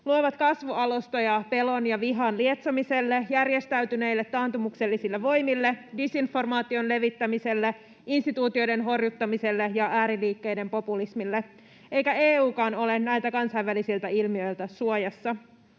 luovat kasvualustoja pelon ja vihan lietsomiselle, järjestäytyneille taantumuksellisille voimille, disinformaation levittämiselle, instituutioiden horjuttamiselle ja ääriliikkeiden populismille, eikä EU:kaan ole näiltä kansainvälisiltä ilmiöiltä suojassa.